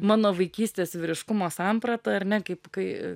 mano vaikystės vyriškumo samprata ar ne kaip kai